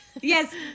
Yes